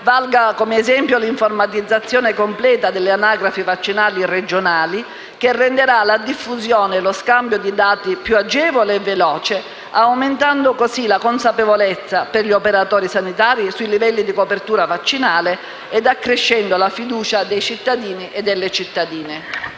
valga come esempio l'informatizzazione completa delle anagrafi vaccinali regionali, che renderà la diffusione e lo scambio di dati più agevole e veloce, aumentando così la consapevolezza per gli operatori sanitari dei livelli di copertura vaccinale e accrescendo la fiducia dei cittadini e delle cittadine.